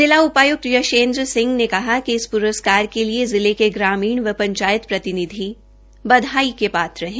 जिला उपाय्क्त यशेंद्र सिंह ने कहा कि इस प्रस्कार क लिए जिला के ग्रामीण व पंचायत प्रतिनिधि बधाई के पात्र है